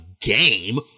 game